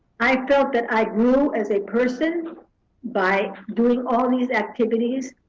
i felt that i grew as a person by doing all these activities.